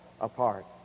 apart